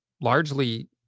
largely